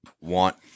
want